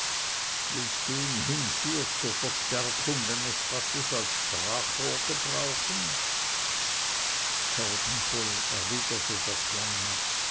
willst du ihn hinfür zur verstärkung deines basses als sprachrohr gebrauchen sorgenvoll erwiderte der kleine